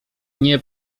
nie